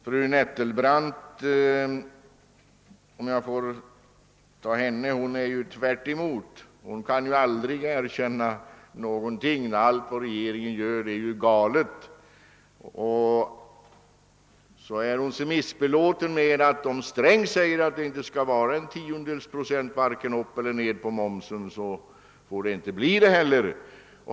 Fru Nettelbrandt säger tvärtemot. Hon kan aldrig erkänna någonting, utan allt vad regeringen gör är galet, anser hon. Hon är också missbelåten med att om Sträng säger att det inte skall vara en tiondels procent vare sig högre eller lägre moms, blir det så.